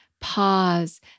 pause